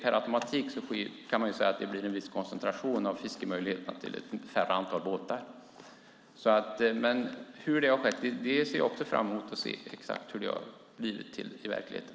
Per automatik blir det en viss koncentration av fiskemöjligheterna till ett färre antal båtar. Jag ser också fram emot att få veta hur det har blivit i verkligheten.